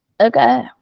okay